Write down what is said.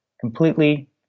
completely